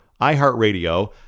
iHeartRadio